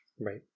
Right